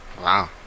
Wow